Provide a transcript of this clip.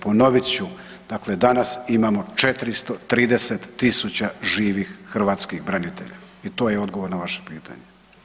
Ponovit ću, dakle danas imamo 430 000 živih hrvatskih branitelja i to je odgovor na vaše pitanje.